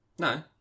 No